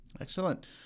Excellent